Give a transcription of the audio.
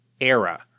era